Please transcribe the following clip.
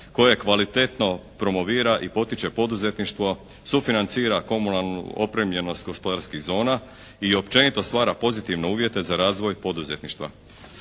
koje kvalitetno promovira i potiče poduzetništvo, sufinancira komunalnu opremljenost gospodarskih zona i općenito stvara pozitivne uvjete za razvoj poduzetništva.